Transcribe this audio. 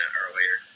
earlier